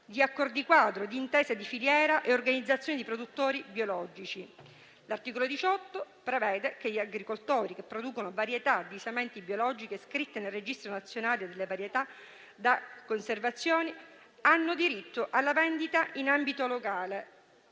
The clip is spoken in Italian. di accordi quadro, di intese di filiera e organizzazioni di produttori biologici. L'articolo 18 prevede che gli agricoltori che producono varietà di sementi biologiche iscritte nel registro nazionale delle varietà da conservazione hanno diritto alla vendita in ambito locale